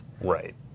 Right